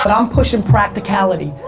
but um pushing practicality.